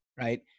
right